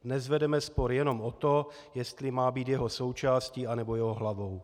Dnes vedeme spor jenom o to, jestli má být jeho součástí, anebo jeho hlavou.